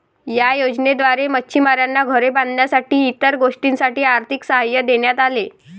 या योजनेद्वारे मच्छिमारांना घरे बांधण्यासाठी इतर गोष्टींसाठी आर्थिक सहाय्य देण्यात आले